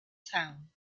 town